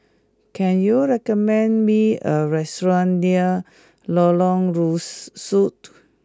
can you recommend me a restaurant near Lorong Rusuk